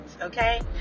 Okay